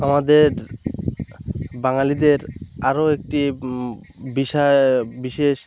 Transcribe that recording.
আমাদের বাঙালিদের আরো একটি বিষয় বিশেষ